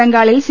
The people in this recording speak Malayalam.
ബംഗാളിൽ സി